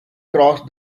crossed